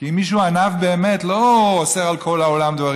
כי אם מישהו ענו באמת לא אוסר על כל העולם דברים.